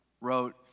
wrote